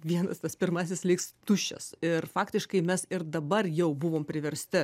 vienas tas pirmasis liks tuščias ir faktiškai mes ir dabar jau buvom priversti